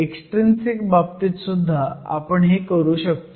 extrinsic बाबतीत सुद्धा आपण हे करू शकतो